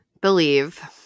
Believe